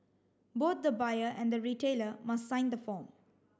both the buyer and the retailer must sign the form